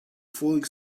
falling